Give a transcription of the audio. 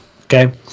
okay